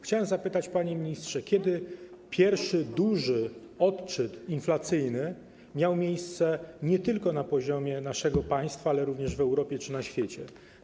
Chciałem zapytać, panie ministrze, kiedy pierwszy duży odczyt inflacyjny miał miejsce nie tylko na poziomie naszego państwa, ale również w Europie czy na świecie.